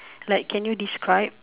like can you describe